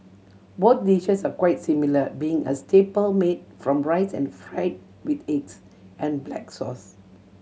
both dishes are quite similar being a staple made from rice and fried with eggs and black sauce